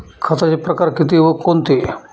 खताचे प्रकार किती व कोणते?